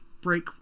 break